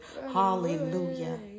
Hallelujah